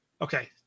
Okay